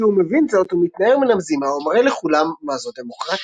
כשהוא מבין זאת הוא מתנער מן המזימה ומראה לכולם מה זו דמוקרטיה.